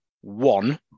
one